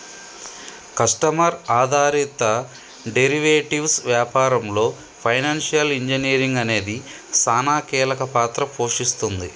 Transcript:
customer ఆధారిత derivatives వ్యాపారంలో financial engineering అనేది సానా కీలక పాత్ర పోషిస్తుంది